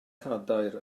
cadair